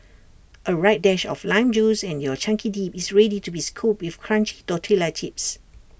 A right dash of lime juice and your chunky dip is ready to be scooped with crunchy tortilla chips